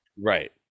Right